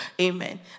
Amen